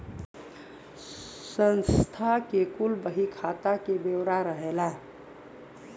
संस्था के कुल बही खाता के ब्योरा रहेला